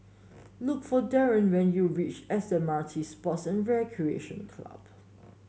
look for Darrion when you reach S M R T Sports and Recreation Club